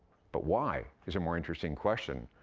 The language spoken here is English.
but why is a more interesting question.